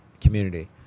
community